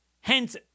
Hence